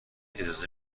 اجازه